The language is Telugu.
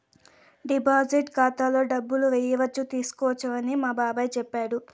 డిపాజిట్ ఖాతాలో డబ్బులు ఏయచ్చు తీసుకోవచ్చని మా బాబాయ్ చెప్పాడు